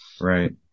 Right